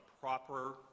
proper